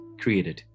created